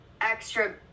extra